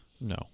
no